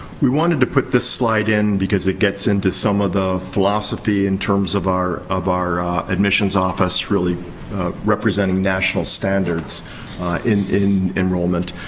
we wanted to put this slide in, because it gets into some of the philosophy, in terms of our of our admissions office representing national standards in in enrollment.